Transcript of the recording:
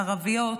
ערביות,